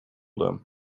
them